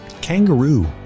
kangaroo